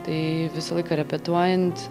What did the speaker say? tai visą laiką repetuojant